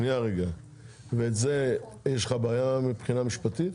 ועם זה יש לך בעיה מבחינה משפטית?